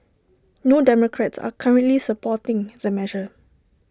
no democrats are currently supporting the measure